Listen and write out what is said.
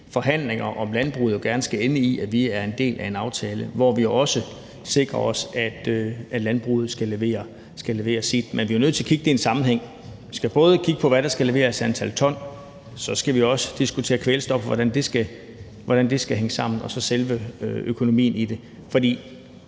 forhandlinger om landbruget ender med, at vi er en del af en aftale, hvor vi også sikrer, at landbruget skal levere sit. Men vi er jo nødt til at kigge på det i en sammenhæng. Vi skal kigge på, hvad der skal leveres i antal ton, og så skal vi også diskutere kvælstof, og hvordan det skal hænge sammen, og så selve økonomien i det. For